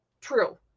true